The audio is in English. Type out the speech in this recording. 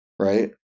Right